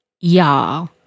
Y'all